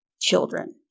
children